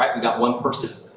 i got one person.